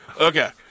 Okay